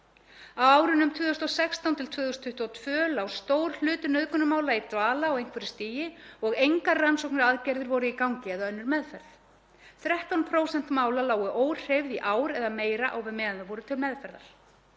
árunum 2016–2022 lá stór hluti nauðgunarmála í dvala á einhverju stigi og engar rannsóknaraðgerðir voru í gangi eða önnur meðferð. 13% mála lágu óhreyfð í ár eða meira á meðan þau voru til meðferðar